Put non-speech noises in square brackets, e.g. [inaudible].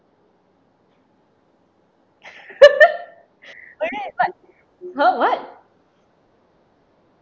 [laughs] !huh! what